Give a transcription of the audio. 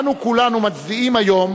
אנו, כולנו, מצדיעים היום